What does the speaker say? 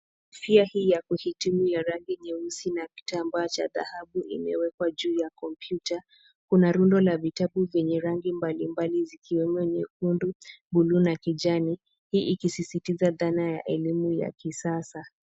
Kofia hii ya kuhitimu ya rangi nyeusi na kitamba cha dhahabu imewekwa juu ya kompyuta. Kuna rundo la vitabu venye rangi mbalimbali zikiwemo nyekundu, buluu na kijani. Hii ikisisitiza dhana ya elimu ya kisasa.